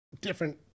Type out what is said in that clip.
different